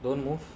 don't move